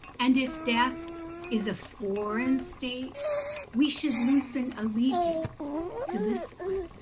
and if death is a foreign state we should loosen allegiance to this one.